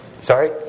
Sorry